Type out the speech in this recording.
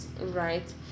right